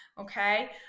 Okay